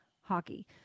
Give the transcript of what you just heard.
hockey